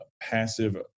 passive